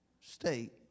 state